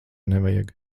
nevajag